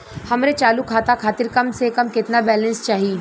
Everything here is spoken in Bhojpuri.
हमरे चालू खाता खातिर कम से कम केतना बैलैंस चाही?